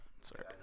Sorry